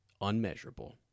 unmeasurable